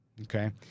Okay